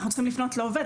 אנחנו צריכים לפנות לעובד,